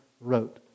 wrote